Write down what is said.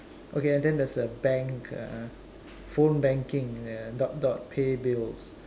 okay and then there is a bank uh phone banking uh dot dot pay bills